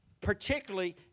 particularly